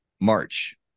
March